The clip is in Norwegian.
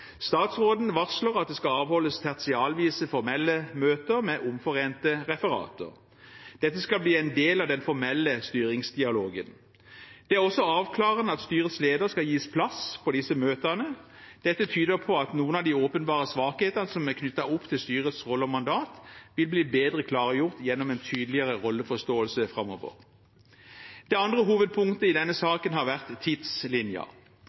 Statsråden varsler at det skal avholdes tertialvise formelle møter med omforente referater. Dette skal bli en del av den formelle styringsdialogen. Det er også avklarende at styrets leder skal gis plass på disse møtene. Dette tyder på at noen av de åpenbare svakhetene som er knyttet opp til styrets rolle og mandat, vil bli bedre klargjort gjennom en tydeligere rolleforståelse framover. Det andre hovedpunktet i denne